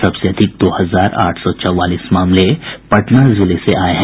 सबसे अधिक दो हजार आठ सौ चौवालीस मामले पटना जिले से आये हैं